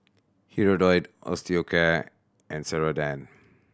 Hirudoid Osteocare and Ceradan